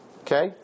Okay